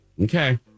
Okay